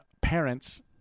parents